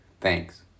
Thanks